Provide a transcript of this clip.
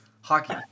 Hockey